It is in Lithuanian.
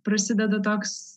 prasideda toks